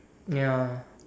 ya